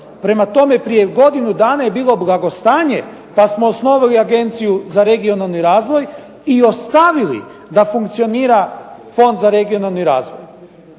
Prema tome, prije godinu dana je bilo blagostanje pa smo osnovali Agenciju za regionalni razvoj i ostavili da funkcionira Fond za regionalni razvoj.